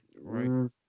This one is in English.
right